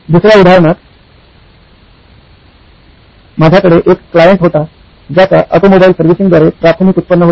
दुसर्या उदाहरणात माझ्याकडे एक क्लायंट होता ज्याचा ऑटोमोबाईल सर्व्हिसिंग द्वारे प्राथमिक उत्पन्न होते